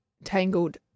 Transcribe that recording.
Tangled